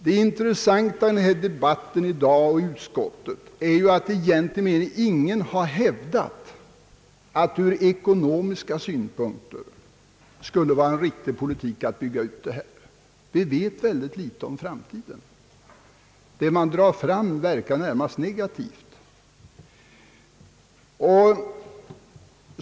Det intressanta i debatten i dag och i utskottet är att egentligen ingen har hävdat, att det ur ekonomisk synpunkt skulle vara en riktig politik att bygga ut Vindelälven, Vi vet väldigt litet om framtiden, men det man drar fram verkar närmast negativt.